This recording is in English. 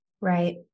Right